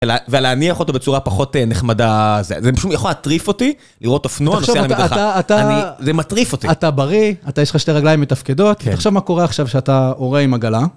ולהניח אותו בצורה פחות נחמדה, זה יכול להטריף אותי לראות אופנוע נושא על המדרכה, זה מטריף אותי. אתה בריא, אתה יש לך שתי רגליים מתפקדות, תחשב מה קורה עכשיו כשאתה הורה עם עגלה.